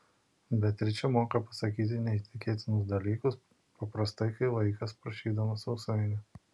beatričė moka pasakyti neįtikėtinus dalykus paprastai kaip vaikas prašydamas sausainio